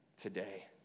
today